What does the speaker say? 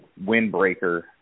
windbreaker